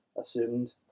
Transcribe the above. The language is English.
assumed